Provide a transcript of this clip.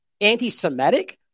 Anti-Semitic